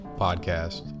podcast